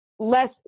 less